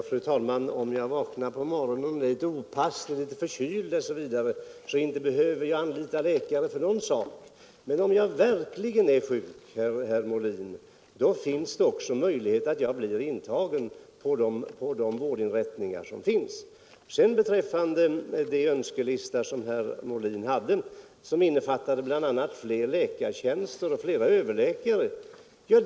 Fru talman! Om jag vaknar på morgonen och är litet opasslig och förkyld, så inte behöver jag anlita läkare för det. Men om jag verkligen är sjuk, herr Molin, har jag också möjlighet att bli intagen på de vårdinrättningar som finns. Nr 60 Herr Molins önskelista innefattade bl.a. flera läkartjänster och flera Onsdagen den överläkare.